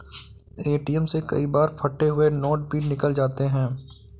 ATM से कई बार फटे हुए नोट भी निकल जाते हैं